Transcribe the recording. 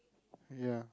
ya